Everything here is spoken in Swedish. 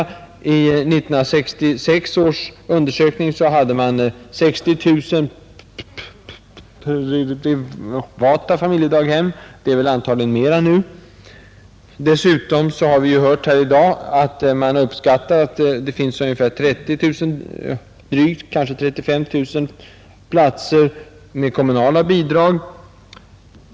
Enligt 1966 års undersökning hade man 60 000 privata familjedaghem; det är antagligen flera nu. Dessutom har vi hört här i dag att man beräknar att det finns drygt 30 000, kanske 35 000 platser med kommunala bidrag.